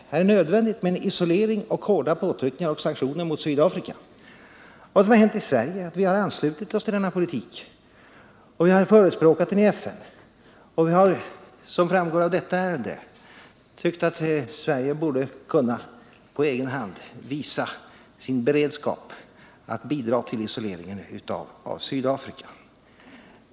Här är det nödvändigt med isolering, hårda påtryckningar och sanktioner mot Sydafrika. Vad som hänt i Sverige är att vi anslutit oss till denna politik, och vi har förespråkat den i FN. Vi har som framgår av detta ärende tyckt att Sverige borde kunna på egen hand visa sin beredskap att bidra till isoleringen av Sydafrika.